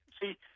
See